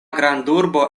grandurbo